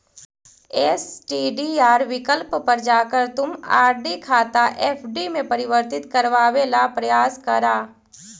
STDR विकल्प पर जाकर तुम आर.डी खाता एफ.डी में परिवर्तित करवावे ला प्रायस करा